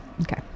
Okay